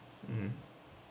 mm